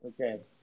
Okay